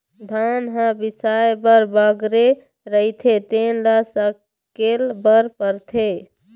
धान ह बियारा भर बगरे रहिथे तेन ल सकेले बर परथे